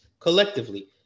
collectively